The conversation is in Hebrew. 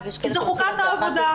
כי זו חוקת העבודה,